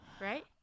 right